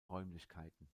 räumlichkeiten